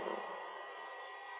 uh